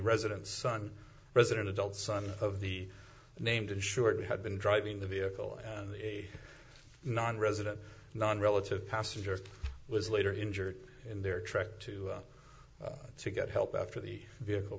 residence son resident adult son of the named insured had been driving the vehicle and the nonresident non relative passenger was later injured in their trek to to get help after the vehicle